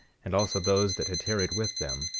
and also those that had tarried with them,